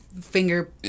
Finger